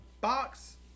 box